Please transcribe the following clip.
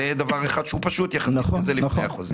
זה דבר אחד שהוא פשוט יחסית וזה לפני החוזה.